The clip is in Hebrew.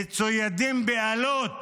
מצוידים באלות